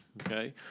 Okay